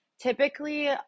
typically